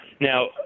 Now